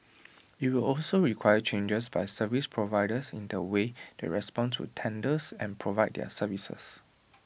IT will also require changes by service providers in the way they respond to tenders and provide their services